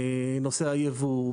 נושא הייבוא,